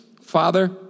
Father